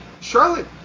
Charlotte